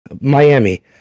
Miami